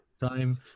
Time